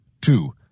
two